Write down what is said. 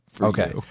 Okay